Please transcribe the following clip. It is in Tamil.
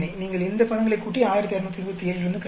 நீங்கள் இந்த பதங்களைக் கூட்டி 1627 இலிருந்து கழிக்கவும்